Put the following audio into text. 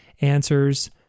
answers